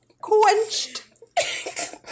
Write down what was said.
Quenched